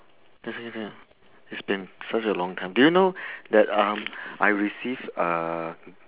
it's been such a long time do you know that um I received uh